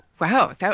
Wow